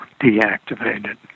deactivated